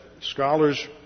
scholars